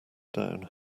down